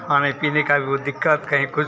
खाने पीने की वह दिक़्क़त कहीं कुछ